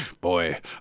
boy